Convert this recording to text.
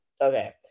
Okay